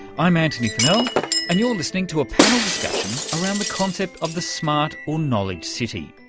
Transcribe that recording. i'm antony funnell and you're listening to a panel discussion around the concept of the smart or knowledge city.